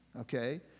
Okay